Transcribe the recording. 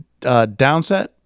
Downset